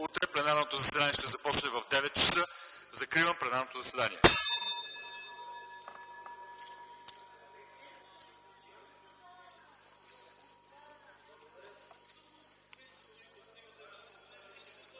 утре пленарното заседание ще започне в 9,00 ч. Закривам пленарното заседание.